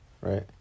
right